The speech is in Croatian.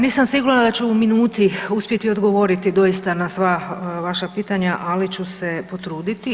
Nisam sigurna da ću u minuti uspjeti odgovoriti doista na sva vaša pitanja, ali ću se potruditi.